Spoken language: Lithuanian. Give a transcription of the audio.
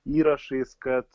įrašais kad